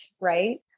right